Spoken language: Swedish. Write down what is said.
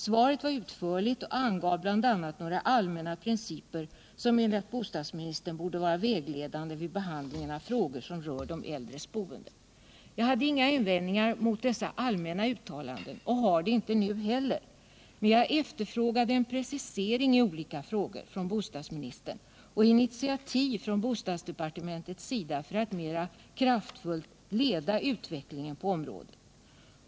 Svaret var utförligt och angav bl.a. några allmänna principer som enligt bostadsministern borde vara vägledande vid behandlingen av frågor som rör de äldres boende. Jag hade inga invändningar mot dessa allmänna uttalanden — och har det inte nu heller. Men jag efterlyste en precisering i olika frågor från bostadsministern och initiativ från bostadsdepartementets sida för att mera kraftfullt leda utvecklingen på området.